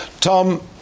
Tom